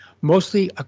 mostly